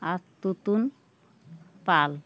আর পুতুল পাল